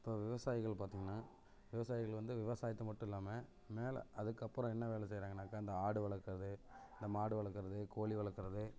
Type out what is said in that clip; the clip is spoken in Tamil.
இப்போ விவசாயிகள் பார்த்தோம்னா விவசாயிகள் வந்து விவசாயத்தை மட்டும் இல்லாமல் மேலே அதுக்கப்புறம் என்ன வேலை செய்கிறாங்கனாக்கா அந்த ஆடு வளர்க்குறது இந்த மாடு வளர்க்குறது கோழி வளர்க்குறது